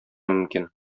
мөмкин